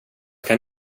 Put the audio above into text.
kan